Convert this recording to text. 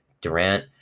Durant